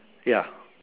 ya